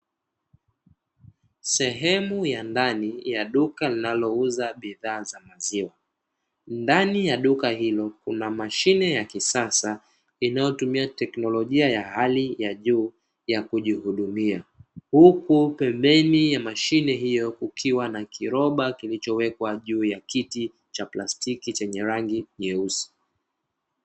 Sehemu ya ndani ya duka linalouza bidhaa za maziwa, ndani ya duka hilo kuna mashine ya kisasa, inayotumia teknolojia ya hali ya juu ya kujihudumia. Huku pembeni ya mashine hiyo kukiwa na kiroba kilichowekwa juu ya kiti cha plastiki chenye rangi nyeusi.